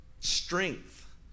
Strength